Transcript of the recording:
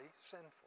sinful